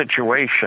situation